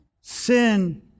sin